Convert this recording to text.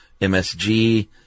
MSG